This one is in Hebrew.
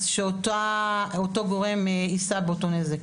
אז שאותו גורם יישא באותו נזק.